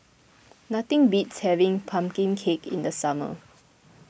nothing beats having Pumpkin Cake in the summer